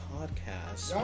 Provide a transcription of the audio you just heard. Podcast